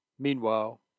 Meanwhile